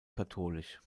katholisch